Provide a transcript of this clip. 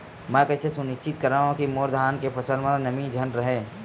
मैं कइसे सुनिश्चित करव कि मोर धान के फसल म नमी झन रहे?